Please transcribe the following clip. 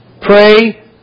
Pray